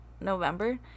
November